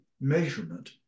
measurement